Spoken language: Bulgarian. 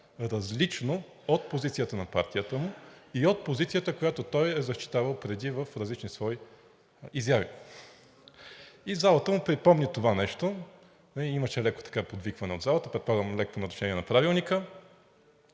различно от позицията на партията му и от позицията, която той е защитавал преди в различни свои изяви, и залата му припомни това нещо – имаше леко подвикване от залата, предполагам и леко нарушение на Правилника.